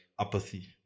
apathy